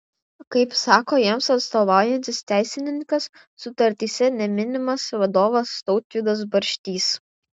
kaip sako jiems atstovaujantis teisininkas sutartyse neminimas vadovas tautvydas barštys